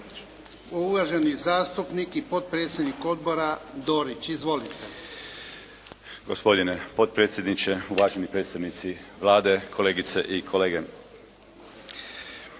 uvaženi zastupnik i potpredsjednik Odbora Dorić. Izvolite. **Dorić, Miljenko (HNS)** Gospodine potpredsjedniče, uvaženi predsjednici Vlade, kolegice i kolege.